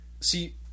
See